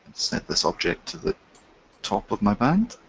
set this object to the top of my band.